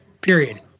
period